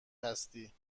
هستی